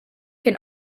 can